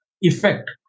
effect